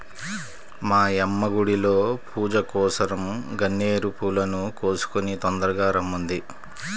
మా యమ్మ గుడిలో పూజకోసరం గన్నేరు పూలను కోసుకొని తొందరగా రమ్మంది